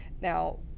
Now